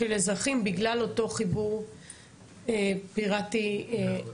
של אזרחים בגלל אותו חיבור פיראטי לחשמל.